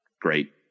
great